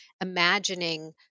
imagining